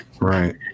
right